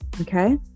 Okay